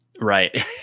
Right